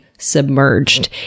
submerged